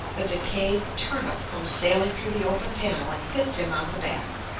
a decayed turnip comes sailing through the open panel and hits him on the back.